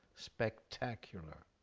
spectacular.